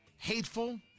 Hateful